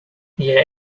yeah